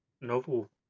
novel